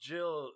Jill